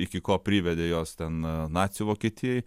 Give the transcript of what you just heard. iki ko privedė jos ten nacių vokietijoj